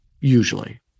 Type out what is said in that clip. usually